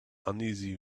uneasy